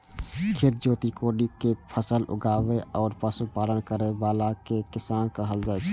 खेत जोति कोड़ि कें फसल उगाबै आ पशुपालन करै बला कें किसान कहल जाइ छै